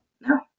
no